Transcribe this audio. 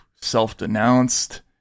self-denounced